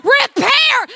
repair